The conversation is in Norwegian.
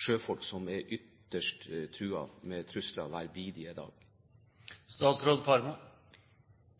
sjøfolk, som opplever alvorlige trusler hver bidige dag?